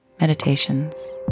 meditations